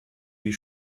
die